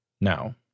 Now